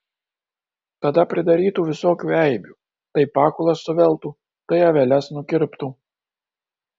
tada pridarytų visokių eibių tai pakulas suveltų tai aveles nukirptų